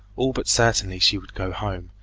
all but certainly she would go home,